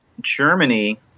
Germany